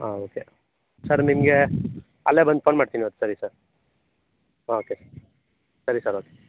ಹಾಂ okay sir ನಿಮಗೆ ಅಲ್ಲೇ ಬಂದು ಫೋನ್ ಮಾಡ್ತೀನಿ ಇವತ್ತು ಸರಿ ಸರ್ ಓಕೆ ಸರಿ ಸರ್ ಓಕೆ